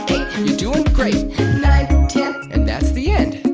doing great nine, ten and that's the end